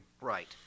right